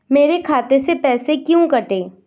मेरे खाते से पैसे क्यों कटे?